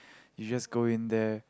you just go in there